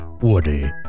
Woody